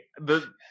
the-